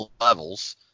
levels